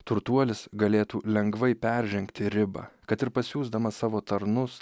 turtuolis galėtų lengvai peržengti ribą kad ir pasiųsdamas savo tarnus